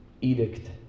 edict